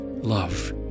love